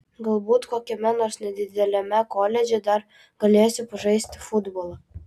galbūt kokiame nors nedideliame koledže dar galėsiu pažaisti futbolą